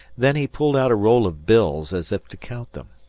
then he pulled out a roll of bills as if to count them.